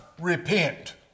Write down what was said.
repent